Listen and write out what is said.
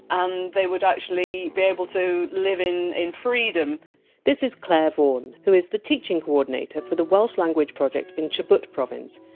and they would actually be able to live in in freedom this is clare vaughan, who is the teaching coordinator for the welsh language project in chubut province,